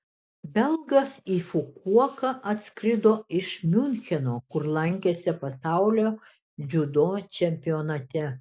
belgas į fukuoką atskrido iš miuncheno kur lankėsi pasaulio dziudo čempionate